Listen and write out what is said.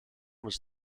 was